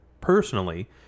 personally